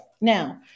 now